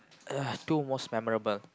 uh two most memorable